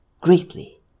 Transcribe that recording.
greatly